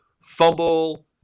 fumble